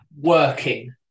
working